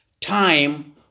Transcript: time